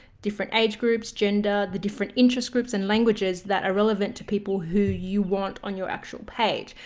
different age groups, gender, the different interest groups and languages that are relevant to people who you want on your actual page.